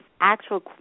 actual